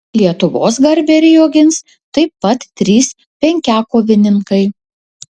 lietuvos garbę rio gins taip pat trys penkiakovininkai